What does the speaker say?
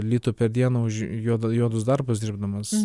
litų per dieną už jo juodus darbus dirbdamas